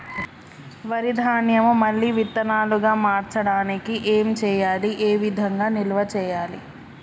వరి ధాన్యము మళ్ళీ విత్తనాలు గా మార్చడానికి ఏం చేయాలి ఏ విధంగా నిల్వ చేయాలి?